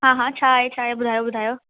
हा हा छा आहे छा आहे ॿुधायो ॿुधायो